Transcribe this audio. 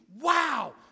Wow